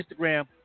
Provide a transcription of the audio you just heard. Instagram